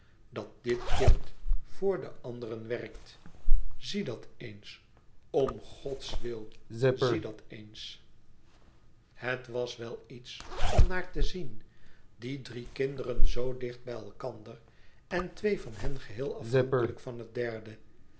dat dit kind voor de anderen werkt zie dat eens om gods wil zie dat eens het was wel iets om naar te zien die drie kinderen zoo dicht bij elkander en twee van hen geheel afhankelijk van het derde